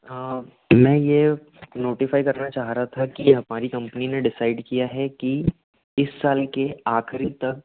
मै ये नोटिफाई करना चाह रहा था कि हमारी कम्पनी ने डिसाइड किया है की इस साल के आखिरी तक